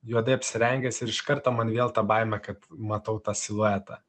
juodai apsirengęs ir iš karto man vėl ta baimė kad matau tą siluetą